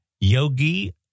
yogi